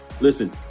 Listen